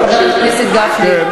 חבר הכנסת גפני,